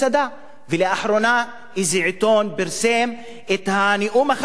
לאחרונה, איזה עיתון פרסם את הנאום החשוב, האמת,